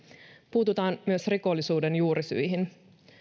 puututaan myös rikollisuuden juurisyihin